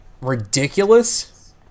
ridiculous